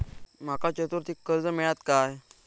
माका चतुर्थीक कर्ज मेळात काय?